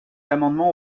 amendement